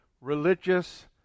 religious